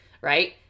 right